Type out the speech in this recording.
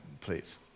please